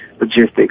logistics